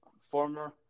former